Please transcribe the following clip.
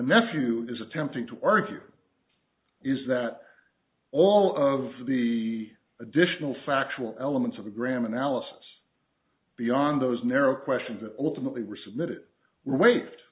nephew is attempting to argue is that all of the additional factual elements of the graham analysis beyond those narrow questions that ultimately resubmitted w